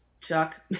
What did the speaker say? Chuck